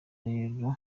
rero